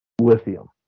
lithium